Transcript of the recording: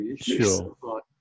sure